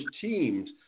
teams